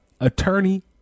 attorney